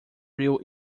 real